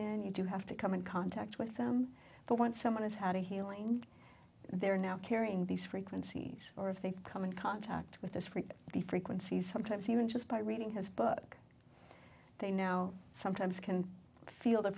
and you do have to come in contact with them but once someone has had a healing they're now carrying these frequencies or if they come in contact with us for the frequencies sometimes even just by reading his book they now sometimes can feel the